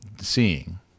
seeing